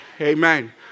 Amen